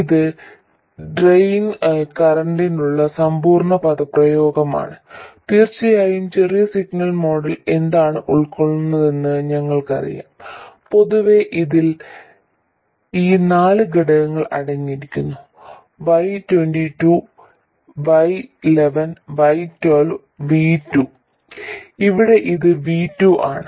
ഇത് ഡ്രെയിൻ കറന്റിനുള്ള സമ്പൂർണ്ണ പദപ്രയോഗമാണ് തീർച്ചയായും ചെറിയ സിഗ്നൽ മോഡൽ എന്താണ് ഉൾക്കൊള്ളുന്നതെന്ന് ഞങ്ങൾക്കറിയാം പൊതുവെ ഇതിൽ ഈ നാല് ഘടകങ്ങൾ അടങ്ങിയിരിക്കുന്നു Y22 Y11 Y12 V2 ഇവിടെ ഇത് V2 ആണ്